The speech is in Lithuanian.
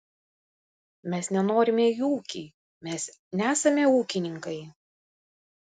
mes nenorime į ūkį mes nesame ūkininkai